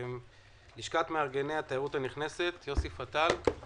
לשכת מארגני התיירות הנכנסת, יוסי פתאל בבקשה.